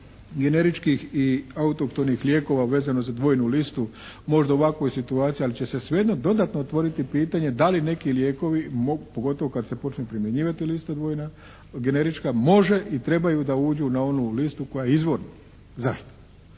generičkih i autohtonih lijekova vezano za dvojnu listu. Možda u ovakvoj situaciji, ali će se svejedno dodatno otvoriti pitanje da li neki lijekovi mogu, pogotovo kad se počne primjenjivati lista dvojna, generična, može i trebaju da uđu na onu listu koja je izvorna. Zašto?